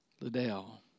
Liddell